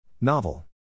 Novel